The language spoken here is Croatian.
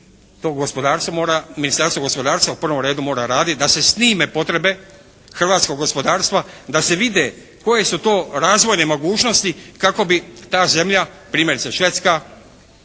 su to investicije to Ministarstvo gospodarstva u prvom redu mora raditi da se snime potrebe hrvatskog gospodarstva da se vidi koje su to razvojne mogućnosti kako bi ta zemlja, primjerice Švedska